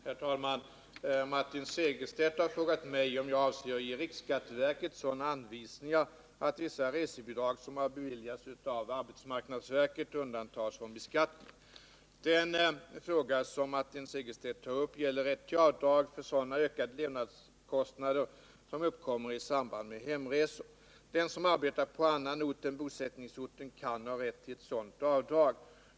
Herr talman! Martin Segerstedt har frågat mig om jag avser att ge riksskatteverket sådana anvisningar att vissa resebidrag som har beviljats av arbetsmarknadsverket undantas från beskattning. Den fråga som Martin Segerstedt tar upp gäller rätt till avdrag för sådana ökade levnadskostnader som uppkommer i samband med hemresor. Den som arbetar på annan ort än bosättningsorten kan ha rätt till sådant avdrag.